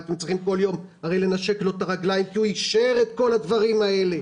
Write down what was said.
אנחנו צריכים כל יום לנשק לו את הרגליים כי הוא אישר את כל הדברים האלה.